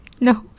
no